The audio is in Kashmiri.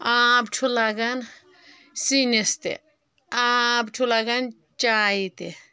آب چھُ لگاان سیِنِس تہِ آب چھُ لگان چایہِ تہِ